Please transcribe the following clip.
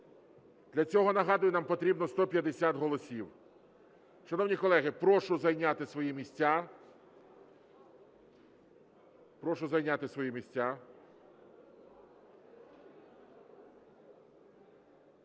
Для цього, нагадую, нам потрібно 150 голосів. Шановні колеги, прошу зайняти свої місця.